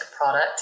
Product